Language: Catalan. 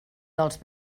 dels